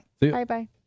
Bye-bye